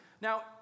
Now